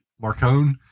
Marcone